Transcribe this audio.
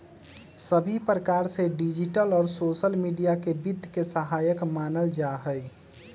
सभी प्रकार से डिजिटल और सोसल मीडिया के वित्त के सहायक मानल जाहई